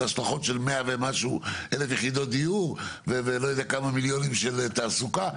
יש התחדשות של כ-100 אלף יחידות דיור ועוד כמה מיליונים של תעסוקה.